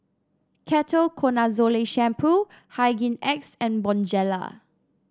Ketoconazole Shampoo Hygin X and Bonjela